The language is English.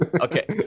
Okay